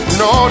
no